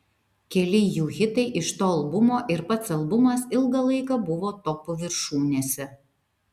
keli jų hitai iš to albumo ir pats albumas ilgą laiką buvo topų viršūnėse